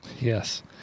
Yes